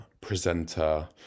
presenter